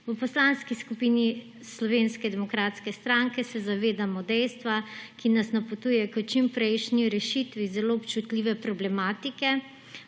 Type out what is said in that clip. V Poslanski skupini Slovenske demokratske stranke se zavedamo dejstva, ki nas napotuje k čimprejšnji rešitvi zelo občutljive problematike